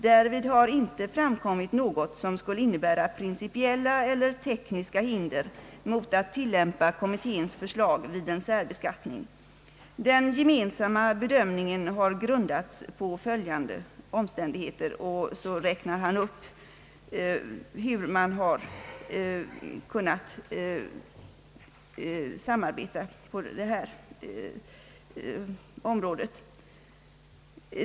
Därvid har inte framkommit något som skulle innebära principiella eller tekniska hinder mot att tillämpa kommitténs förslag vid en särbeskattning. Den gemensamma bedömningen har grundats på följande omständigheter> ——— och så räknar han upp hur man kunnat samarbeta på detta område.